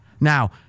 Now